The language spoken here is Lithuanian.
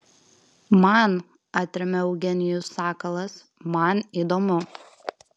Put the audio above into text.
man atremia eugenijus sakalas man įdomu